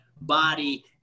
body